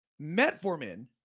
metformin